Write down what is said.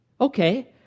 Okay